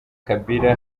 kabila